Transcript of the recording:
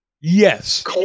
Yes